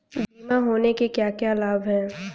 बीमा होने के क्या क्या लाभ हैं?